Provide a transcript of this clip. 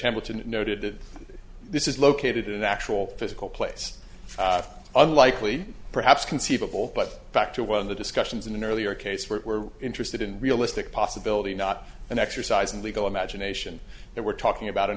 hamilton noted that this is located in the actual physical place unlikely perhaps conceivable but back to one of the discussions in an earlier case we're interested in realistic possibility not an exercise in legal imagination that we're talking about an